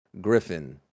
griffin